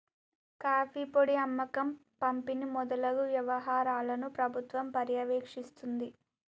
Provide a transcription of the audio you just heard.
coffee పొడి అమ్మకం పంపిణి మొదలగు వ్యవహారాలను ప్రభుత్వం పర్యవేక్షిస్తుంది